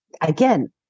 again